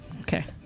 Okay